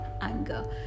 anger